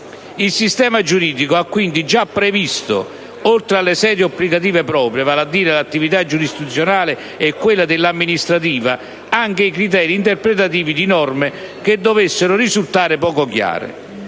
Il sistema giuridico ha quindi già previsto, oltre alle sedi applicative proprie (vale a dire l'attività giurisdizionale e quella amministrativa), anche i criteri interpretativi di norme che dovessero risultare poco chiare.